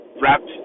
wrapped